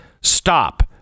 stop